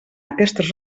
aquestes